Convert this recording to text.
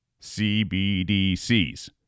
CBDCs